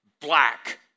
black